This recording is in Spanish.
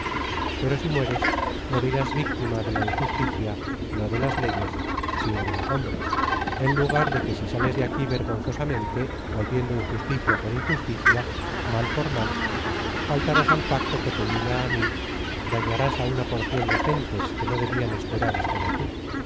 pero si mueres morirás víctima de la injusticia no de las leyes sino de los hombres en lugar platón obras completas edición de patricio de azcárate tomo adrid lio de que si sales de aquí verg onzosamente volviendo injusticia por injusticia mal por mal faltarás al pacto que te liga á mí dañarás á una porción de gentes que no debían esperar esto de tí